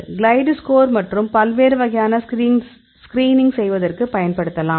glide score மற்றும் பல்வேறு வகையான ஸ்கிரீனிங் செய்வதற்கு பயன்படுத்தலாம்